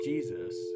Jesus